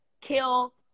kill